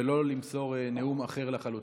ולא למסור נאום אחר לחלוטין.